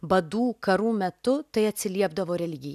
badų karų metu tai atsiliepdavo religijai